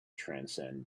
transcend